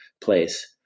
place